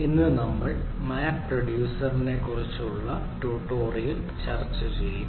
ഇന്ന് നമ്മൾ മാപ്പ് റെഡ്യൂസിനെക്കുറിച്ചുള്ള ട്യൂട്ടോറിയൽ ചർച്ച ചെയ്യും